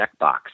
checkbox